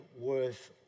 worth